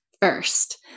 first